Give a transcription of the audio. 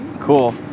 Cool